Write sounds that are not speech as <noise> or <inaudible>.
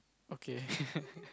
okay <laughs>